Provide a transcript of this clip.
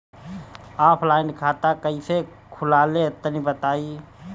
Offline खाता कइसे खुलेला तनि बताईं?